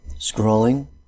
scrolling